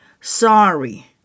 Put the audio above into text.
sorry